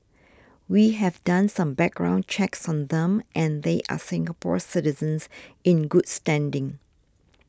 we have done some background checks on them and they are Singapore citizens in good standing